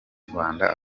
rwanda